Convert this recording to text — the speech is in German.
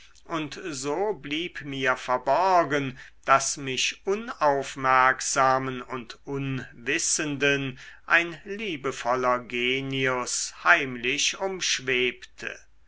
und so blieb mir verborgen daß mich unaufmerksamen und unwissenden ein liebevoller genius heimlich umschwebe